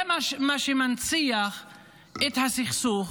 זה מה שמנציח את הסכסוך